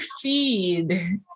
feed